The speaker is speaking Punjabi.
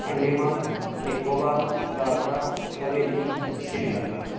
ਅੰਡੇਮਾਨ ਨਿਕੋਬਾਰ ਦਾਦਰਾ ਹਵੇਲੀ ਸ਼੍ਰੀਲੰਕਾ